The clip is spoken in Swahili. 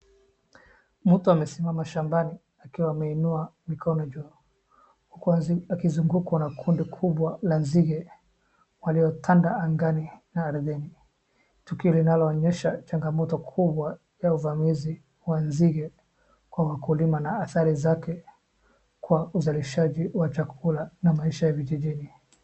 Mtu amesimama shambani akiwa ameinua mikono juu huku akizungukwa na kundi kuwbwa la zinge waliotanda angani na ardhini, tukio linaloonyesha changamoto kubwa ya uvamizi wa zinge kwa wakulima na athari zake kwa uzalishaji wa chakula na maisha ya vijijini.